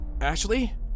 Ashley